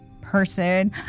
person